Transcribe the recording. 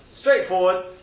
Straightforward